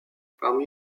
parmi